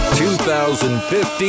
2015